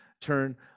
turn